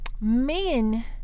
men